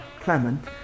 Clement